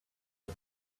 you